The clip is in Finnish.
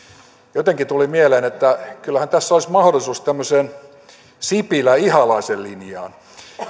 jotenkin tuli mieleen että kyllähän tässä olisi mahdollisuus tämmöiseen sipilän ihalaisen linjaan